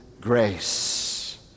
grace